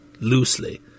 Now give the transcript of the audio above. loosely